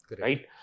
Right